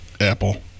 Apple